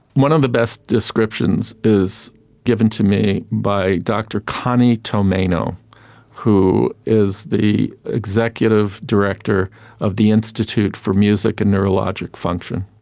one of the best descriptions was given to me by dr connie tomaino who is the executive director of the institute for music and neurologic function.